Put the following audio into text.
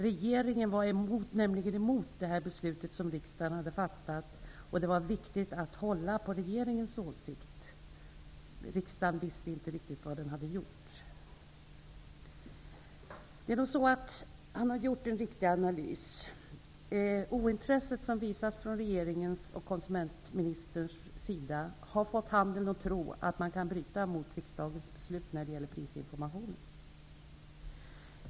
Regeringen var nämligen emot det beslut som riksdagen hade fattat, och det var viktigt att hålla på regeringens åsikt -- riksdagen visste inte riktigt vad den hade gjort. Butiksföreståndaren har gjort en riktig analys. Det ointresse som har visats från regeringens och konsumentministerns sida har fått handeln att tro att den kan bryta mot riksdagens beslut när det gäller prisinformationen.